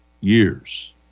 years